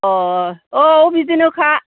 औ बिदिनोखा